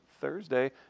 Thursday